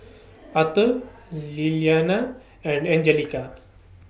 Aurthur Lilyana and Anjelica